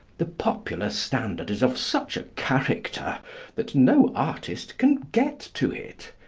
the popular standard is of such a character that no artist can get to it.